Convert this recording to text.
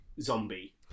zombie